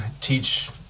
teach